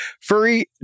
furry